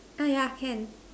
ah yeah can